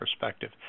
perspective